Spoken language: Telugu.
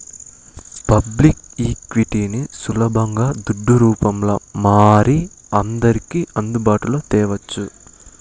పబ్లిక్ ఈక్విటీని సులబంగా దుడ్డు రూపంల మారి అందర్కి అందుబాటులో తేవచ్చు